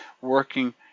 working